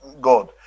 God